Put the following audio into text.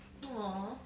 Aww